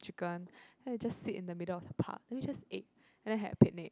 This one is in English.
chicken then I just sit in the middle of the park then I just ate then I had picnic